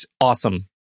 Awesome